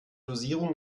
dosierung